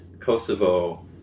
Kosovo